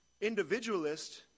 individualist